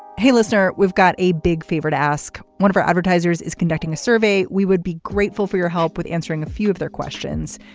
hey listener. we've got a big favor to ask one of our advertisers is conducting a survey. we would be grateful for your help with answering a few of their questions.